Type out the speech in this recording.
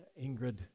Ingrid